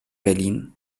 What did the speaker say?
berlin